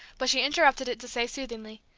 but she interrupted it to say soothingly,